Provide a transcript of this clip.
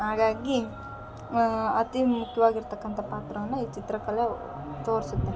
ಹಾಗಾಗಿ ಅತೀ ಮುಖ್ಯವಾಗಿರ್ತಕಂಥ ಪಾತ್ರವನ್ನು ಈ ಚಿತ್ರಕಲೆ ತೋರ್ಸುತ್ತೆ